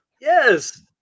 yes